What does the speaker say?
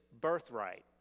birthright